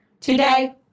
today